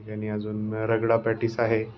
त्या ठिकाणी अजून रगडा पॅटिस आहे